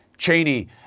Cheney